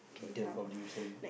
damn pollution